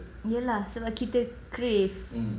ya lah sebab kita crave